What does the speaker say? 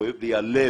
כואב לי הלב